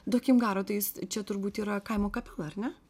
duokim garo tai jis čia turbūt yra kaimo kapela ar ne